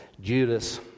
Judas